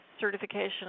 certification